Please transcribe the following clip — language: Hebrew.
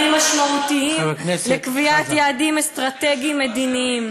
משמעותיים לקביעת יעדים אסטרטגיים ומדיניים.